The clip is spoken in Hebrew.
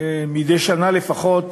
מדי שנה לפחות.